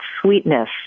sweetness